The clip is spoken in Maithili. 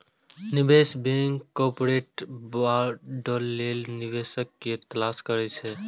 निवेश बैंक कॉरपोरेट बांड लेल निवेशक के तलाश करै छै